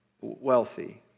wealthy